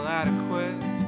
adequate